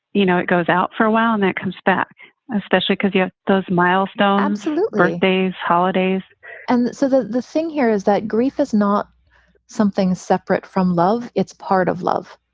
you know, it goes out for a while and that comes back especially because you have those milestones, birthdays, holidays and so the the thing here is that grief is not something separate from love. it's part of love.